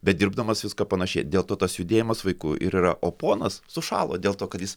bedirbdamas viską panašiai dėl to tas judėjimas vaikų ir yra o ponas sušalo dėl to kad jis